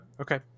okay